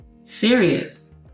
serious